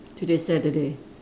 today's Saturday